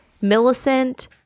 Millicent